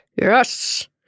Yes